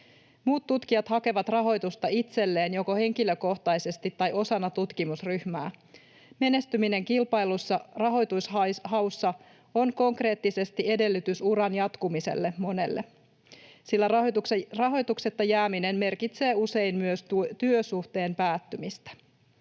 Muut tutkijat hakevat rahoitusta itselleen joko henkilökohtaisesti tai osana tutkimusryhmää. Menestyminen kilpailluissa rahoitushauissa on monelle konkreettisesti edellytys uran jatkumiselle, sillä rahoituksetta jääminen merkitsee usein myös työsuhteen päättymistä.